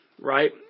right